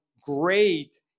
great